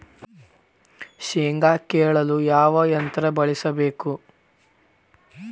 ಶೇಂಗಾ ಕೇಳಲು ಯಾವ ಯಂತ್ರ ಬಳಸಬೇಕು?